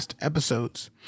episodes